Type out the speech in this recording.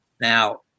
Now